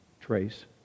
trace